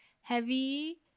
heavy